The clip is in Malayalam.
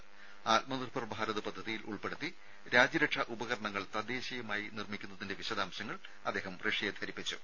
അ ആത്മ നിർഭർ ഭാരത് പദ്ധതിയിൽ ഉൾപ്പെടുത്തി രാജ്യരക്ഷാ ഉപകരണങ്ങൾ തദ്ദേശീയമായി നിർമ്മിക്കുന്നതിന്റെ വിശദാംശങ്ങൾ അദ്ദേഹം റഷ്യയെ ധരിപ്പിച്ചു